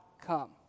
come